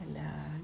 !alah!